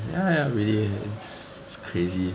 ya ya we it was crazy